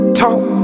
talk